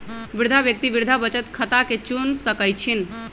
वृद्धा व्यक्ति वृद्धा बचत खता के चुन सकइ छिन्ह